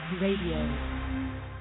Radio